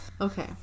okay